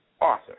author